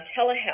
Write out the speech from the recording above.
telehealth